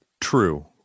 true